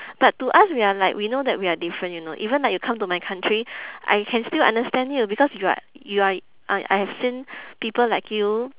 but to us we are like we know that we are different you know even like you come to my country I can still understand you because you are you are I I have seen people like you